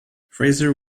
fraser